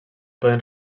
poden